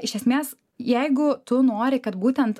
iš esmės jeigu tu nori kad būtent